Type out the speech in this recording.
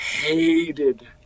hated